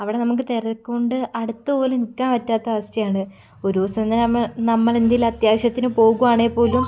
അവിടെ നമുക്ക് തിരക്കുണ്ട് അടുത്ത് പോലും നിക്കാൻ പറ്റാത്ത അവസ്ഥയാണ് ഒര് ദിവസം നമ്മ നമ്മളെന്തേലും അത്യാവശത്തിന് പോകുവാണേൽ പോലും